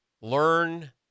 learn